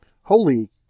Holy